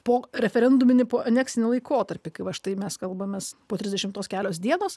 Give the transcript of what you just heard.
po referenduminį po aneksinį laikotarpį kai va štai mes kalbamės po trisdešimtos kelios dienos